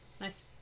Nice